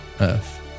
Earth